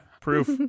Proof